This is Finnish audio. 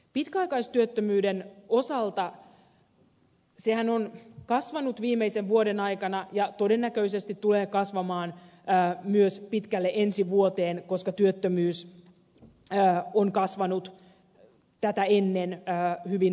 pitkäaikaistyöttömyyden osalta sehän on kasvanut viimeisen vuoden aikana ja todennäköisesti tulee kasvamaan myös pitkälle ensi vuoteen koska työttömyys on kasvanut tätä ennen hyvin voimakkaasti